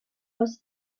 was